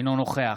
אינו נוכח